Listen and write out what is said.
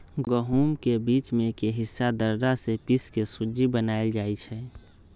गहुम के बीच में के हिस्सा दर्रा से पिसके सुज्ज़ी बनाएल जाइ छइ